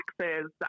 taxes